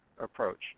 approach